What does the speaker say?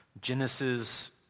Genesis